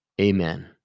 Amen